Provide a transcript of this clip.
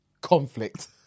conflict